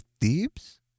Thebes